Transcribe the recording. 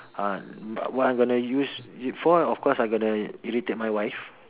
ah what I'm gonna use it for of course I gonna irritate my wife